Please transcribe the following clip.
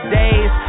days